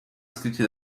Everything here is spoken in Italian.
scritti